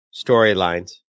storylines